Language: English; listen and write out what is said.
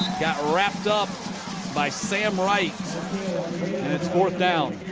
wrapped up by sam wright and it's fourth down.